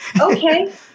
okay